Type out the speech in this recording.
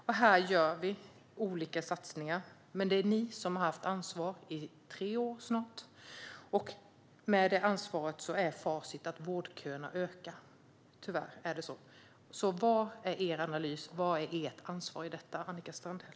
Här gör vi olika satsningar. Men det är ni som har haft ansvar i snart tre år, och facit är att vårdköerna ökar. Tyvärr är det så. Vad är er analys och ert ansvar för detta, Annika Strandhäll?